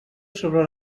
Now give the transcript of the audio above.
sobre